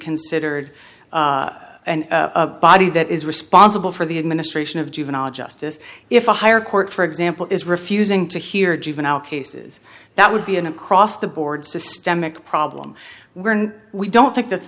considered and body that is responsible for the administration of juvenile justice if a higher court for example is refusing to hear juvenile cases that would be an across the board systemic problem where we don't think that